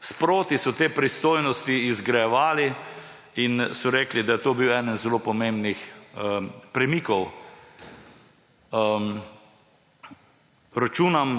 Sproti so te pristojnosti izgrajevali in so rekli, da je to bil eden zelo pomembnih premikov. Računam